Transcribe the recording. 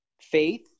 faith